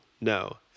No